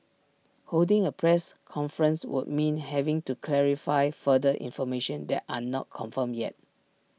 holding A press conference would mean having to clarify further information that are not confirmed yet